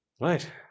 Right